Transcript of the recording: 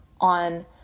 on